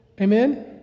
Amen